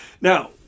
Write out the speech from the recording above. Now